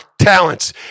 talents